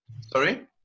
sorry